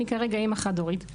אני כרגע אמא חד הורית,